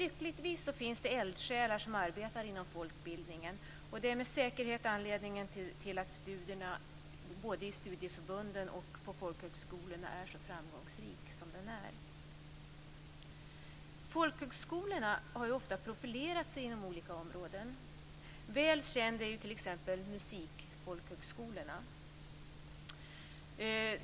Lyckligtvis finns det eldsjälar som arbetar inom folkbildningen. Det är med säkerhet anledningen till att studierna, både i studieförbunden och på folkhögskolorna, är så framgångsrika som de är. Folkhögskolorna har ju ofta profilerat sig inom olika områden. Väl kända är t.ex. musikfolkhögskolorna.